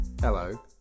Hello